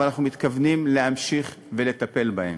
ואנחנו מתכוונים להמשיך לטפל בהם.